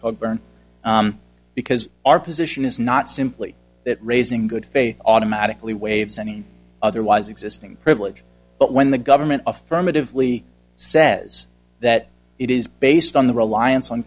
cogburn because our position is not simply that raising good faith automatically waives any otherwise existing privilege but when the government affirmatively says that it is based on the reliance on